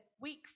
week